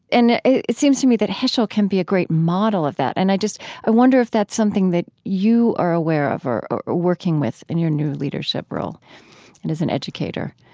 and it it seems to me that heschel can be a great model of that. and i just ah wonder if that's something that you are aware of or or working with in your new leadership role and as an educator